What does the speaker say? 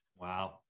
Wow